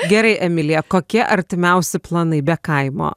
gerai emilija kokie artimiausi planai be kaimo